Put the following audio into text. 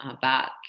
back